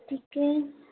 ঠিকে